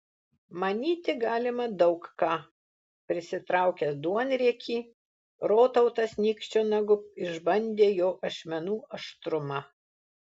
manyti galima daug ką prisitraukęs duonriekį rotautas nykščio nagu išbandė jo ašmenų aštrumą